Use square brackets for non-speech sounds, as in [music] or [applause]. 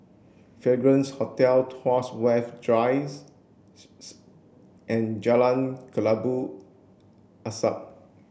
Fragrance Hotel Tuas West Drice [unintelligible] and Jalan Kelabu Asap